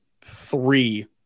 three